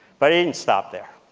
but i didn't stop there.